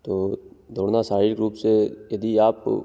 तो दौड़ना शारीरक रूप से यदि आप